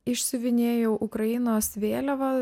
išsiuvinėjau ukrainos vėliavą